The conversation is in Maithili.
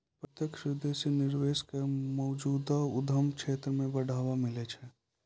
प्रत्यक्ष विदेशी निवेश क मौजूदा उद्यम क्षेत्र म बढ़ावा मिलै छै